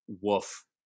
woof